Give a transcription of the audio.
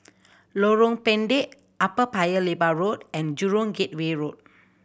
Lorong Pendek Upper Paya Lebar Road and Jurong Gateway Road